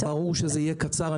ברור שזה יהיה קצר,